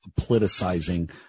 politicizing